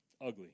ugly